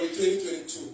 2022